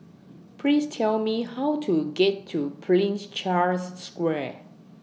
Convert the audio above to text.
Please Tell Me How to get to Prince Charles Square